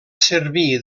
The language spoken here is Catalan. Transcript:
servir